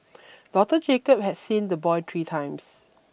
Doctor Jacob had seen the boy three times